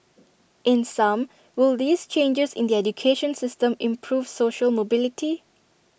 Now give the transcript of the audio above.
in sum will these changes in the education system improve social mobility